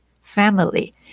family